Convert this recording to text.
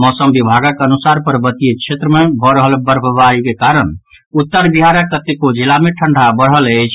मौसम विभागक अनुसार पर्वतीय क्षेत्र मे भऽ रहल बर्फबारीक कारण उत्तर बिहारक कतेको जिला मे ठंढ़ा बढ़ल अछि